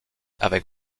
avec